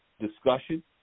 discussion